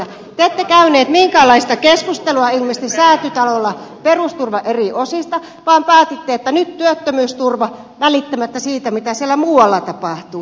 te ette ilmeisesti käyneet minkäänlaista keskustelua säätytalolla perusturvan eri osista vaan päätitte että nyt työttömyysturva välittämättä siitä mitä siellä muualla tapahtuu